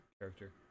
character